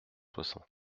soixante